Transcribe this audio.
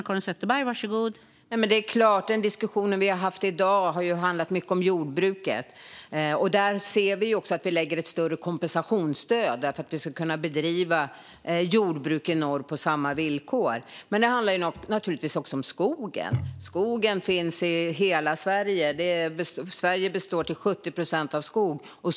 Fru talman! Den diskussion vi har haft i dag har handlat mycket om jordbruket. Där ser vi att vi lägger ett större kompensationsstöd. Vi vill nämligen att man ska kunna bedriva jordbruk i norr på samma villkor. Men det handlar naturligtvis också om skogen. Skogen finns i hela Sverige. Sverige består till 70 procent av skog.